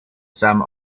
some